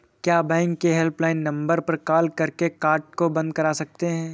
क्या बैंक के helpline number पर कॉल करके कार्ड को बंद करा सकते हैं?